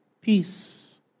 peace